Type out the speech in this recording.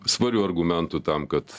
svarių argumentų tam kad